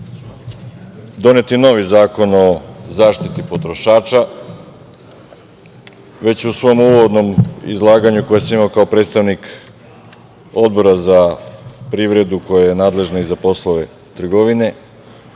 doneti novi Zakon o zaštiti potrošača. Već u svom uvodnom izlaganju koje sam imao kao predstavnik Odbora za privredu, koja je nadležna i za poslove trgovine,